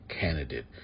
candidate